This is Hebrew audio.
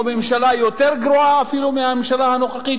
או ממשלה אפילו יותר גרועה מהממשלה הנוכחית,